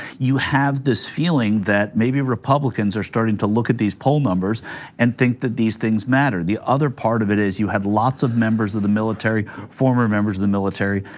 you have this feeling that maybe republicans are starting to look at this poll numbers and think that these things matter. the other part of it is you have lots of members of the military, former members of the military,